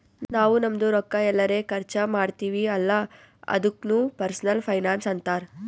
ನಾವ್ ನಮ್ದು ರೊಕ್ಕಾ ಎಲ್ಲರೆ ಖರ್ಚ ಮಾಡ್ತಿವಿ ಅಲ್ಲ ಅದುಕ್ನು ಪರ್ಸನಲ್ ಫೈನಾನ್ಸ್ ಅಂತಾರ್